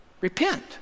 Repent